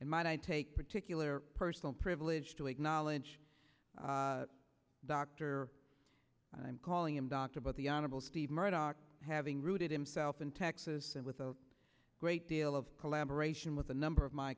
and might i take particular personal privilege to acknowledge doctor i'm calling him dr about the honorable steve murdock having rooted him self in texas and with a great deal of collaboration with a number of my